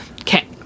Okay